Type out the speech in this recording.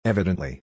Evidently